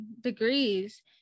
degrees